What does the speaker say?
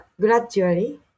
gradually